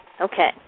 Okay